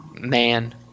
man